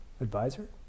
advisor